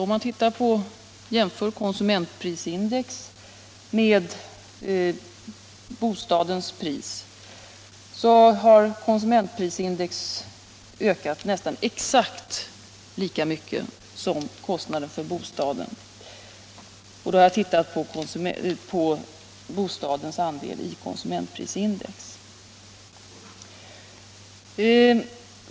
Om man jämför konsumentprisindex med bostadens pris finner man att konsumentprisindex ökat nästan exakt lika mycket som kostnaden för bostaden. Då har jag tittat på bostadens andel i konsumentprisindex.